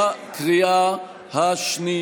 1, כל החוק בקריאה השנייה.